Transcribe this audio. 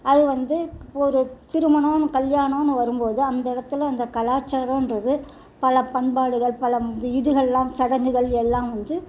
அது வந்து ஒரு திருமணம் கல்யாணம்னு வரும்போது அந்த இடத்துல அந்த கலாச்சாரன்றது பல பண்பாடுகள் பல இதுகள்லாம் சடங்குகள் எல்லாம் வந்து